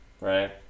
Right